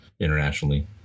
internationally